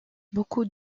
beaucoup